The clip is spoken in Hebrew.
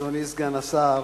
אדוני סגן השר,